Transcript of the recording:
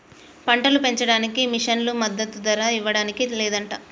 పంటలు పెంచడానికి మిషన్లు మద్దదు ధర ఇవ్వడానికి లేదంట